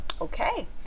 Okay